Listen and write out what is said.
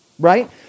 right